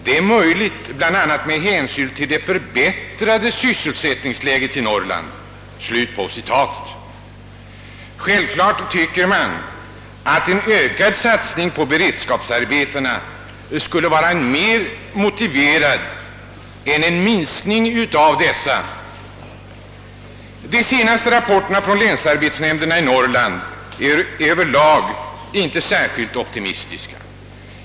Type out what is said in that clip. Det är möjligt bl.a. med hänsyn till det förbättrade sysselsättningsläget i Norrland.» Givetvis tycker man att en ökad satsning på beredskapsarbetena skulle vara mer motiverad än en minskning av dessa. De senaste rapporterna från länsarbetsnämnderna i Norrland är över lag inte särskilt optimistiska.